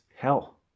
Hell